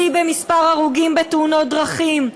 שיא במספר ההרוגים בתאונות דרכים.